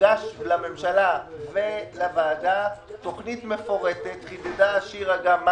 יוגש לממשלה ולוועדה תוכנית מפורטת חידדה שירה,